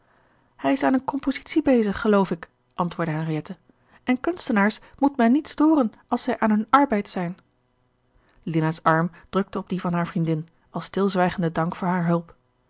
hij is aan eene compositie bezig geloof ik antwoordde henriette en kunstenaars moet men niet storen als zij aan hun arbeid zijn gerard keller het testament van mevrouw de tonnette lina's arm drukte op dien van haar vriendin als stilzwijgenden dank voor hare hulp